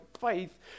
faith